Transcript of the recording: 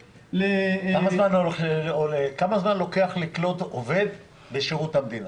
אתה יודע כמה זמן לוקח לקלוט עובד לשירות המדינה?